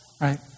right